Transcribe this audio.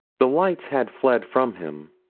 the lights had fled from him.